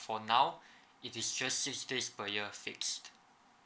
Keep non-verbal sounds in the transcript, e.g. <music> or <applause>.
for now <breath> it is just six days per year fixed